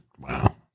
Wow